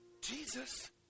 Jesus